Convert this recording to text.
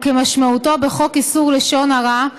הוא כמשמעותו בחוק איסור לשון הרע,